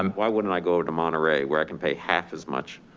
um why wouldn't i go to monterey where i can pay half as much